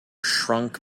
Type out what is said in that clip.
shrunk